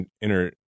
inner